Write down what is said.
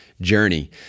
journey